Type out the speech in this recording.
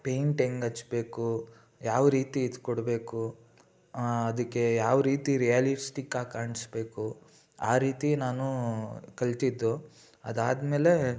paint ಹೆಂಗೆ ಹಚ್ಬೇಕು ಯಾವ ರೀತಿ ಇದು ಕೊಡಬೇಕು ಅದಕ್ಕೆ ಯಾವ ರೀತಿ ರಿಯಾಲಿಸ್ಟಿಕ್ಕಾಗಿ ಕಾಣಿಸ್ಬೇಕು ಆ ರೀತಿ ನಾನು ಕಲಿತಿದ್ದು ಅದಾದಮೇಲೆ